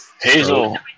Hazel